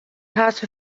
part